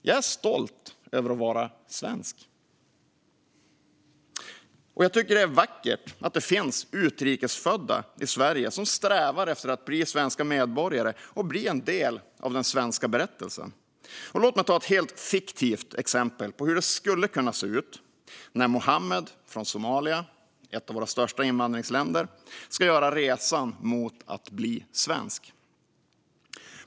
Jag är stolt över att vara svensk, och jag tycker att det är vackert att det finns utrikesfödda i Sverige som strävar efter att bli svenska medborgare och en del av den svenska berättelsen. Låt mig ta ett helt fiktivt exempel på hur det skulle kunna se ut när Muhammed från Somalia - ett av våra största invandringsländer - ska göra resan mot att bli svensk.